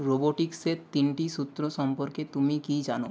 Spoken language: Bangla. রোবোটিক্সের তিনটি সূত্র সম্পর্কে তুমি কী জানো